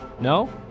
No